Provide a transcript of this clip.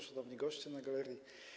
Szanowni Goście na galerii!